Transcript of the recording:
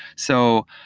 so,